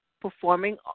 performing